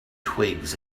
twigs